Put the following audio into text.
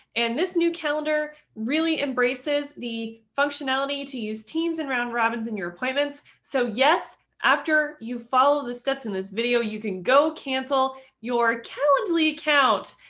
and this new calendar really embraces the functionality to use teams in round robins in your appointments. so, yes, after you follow the steps in this video, you can go cancel your cowardly account.